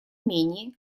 менее